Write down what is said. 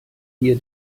hier